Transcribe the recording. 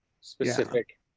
specific